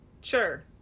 Sure